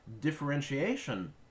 differentiation